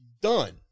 Done